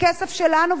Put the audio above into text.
הכסף שלנו,